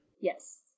yes